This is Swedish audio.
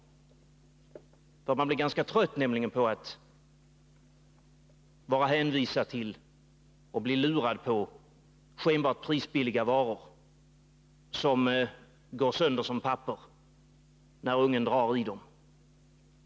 Man blir ganska trött på att vara hänvisad till att bli lurad på skenbart prisbilliga varor, som går sönder som papper när ungen drar i dem.